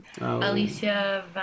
Alicia